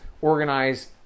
organize